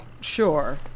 Sure